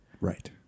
right